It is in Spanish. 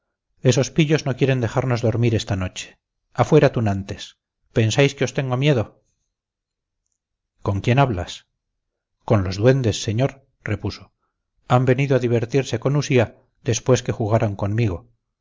esos pillos no quieren dejarnos dormir esta noche afuera tunantes pensáis que os tengo miedo con quién hablas con los duendes señor repuso han venido a divertirse con usía después que jugaron conmigo